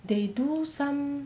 they do some